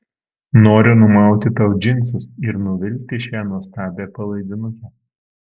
noriu numauti tau džinsus ir nuvilkti šią nuostabią palaidinukę